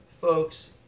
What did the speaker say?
folks